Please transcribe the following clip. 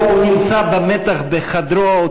הוא נמצא במתח בחדרו.